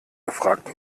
gefragt